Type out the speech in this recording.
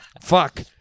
fuck